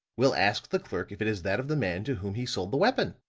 we'll ask the clerk if it is that of the man to whom he sold the weapon.